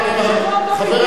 חברים,